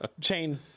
chain